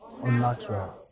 Unnatural